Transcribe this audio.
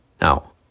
Now